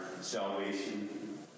salvation